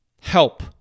help